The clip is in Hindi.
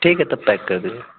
ठीक है तब पैक कर दीजिए